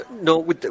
No